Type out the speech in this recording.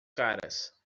caras